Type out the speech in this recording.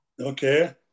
Okay